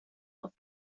auf